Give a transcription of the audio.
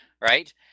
right